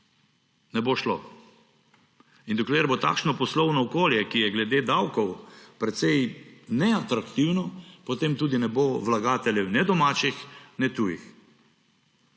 Ne bo šlo. In dokler bo takšno poslovno okolje, ki je glede davkov precej neatraktivno, potem tudi ne bo vlagateljev, ne domačih ne tujih.